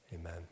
amen